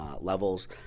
levels